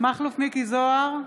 מכלוף מיקי זוהר,